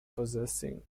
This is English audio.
possessing